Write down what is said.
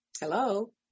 hello